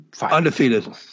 Undefeated